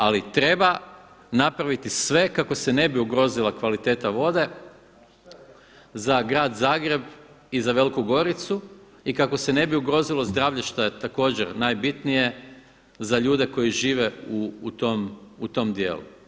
Ali treba napraviti sve kako se ne bi ugrozila kvaliteta vode za grad Zagreb i za Veliku Goricu i kako se ne bi ugrozilo zdravlje šta je također najbitnije za ljude koji žive u tom dijelu.